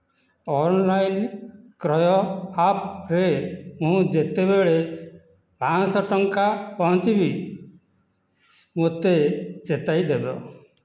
online କ୍ରୟ ଆପ୍ରେ ମୁଁ ଯେତେବେଳେ ପାଞ୍ଚଶହ ଟଙ୍କା ପହଞ୍ଚିବି ମୋତେ ଚେତାଇଦେବ